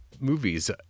movies